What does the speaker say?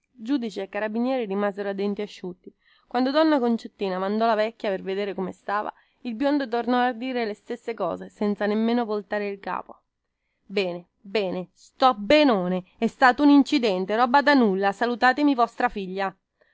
giudice e carabinieri rimasero a denti asciutti quando donna concettina mandò la vecchia per vedere come stava il biondo tornò a dire le stesse cose senza nemmeno voltare il capo bene bene sto benone è stato un accidente roba da nulla salutatemi vostra figlia